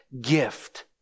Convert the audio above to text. gift